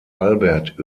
albert